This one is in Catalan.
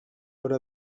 haurà